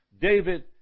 David